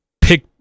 pick